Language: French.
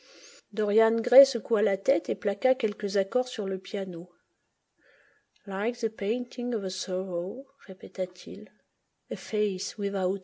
dorian gray secoua la tête et plaqua quelques accords sur le piano